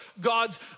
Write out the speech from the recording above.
God's